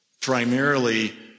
primarily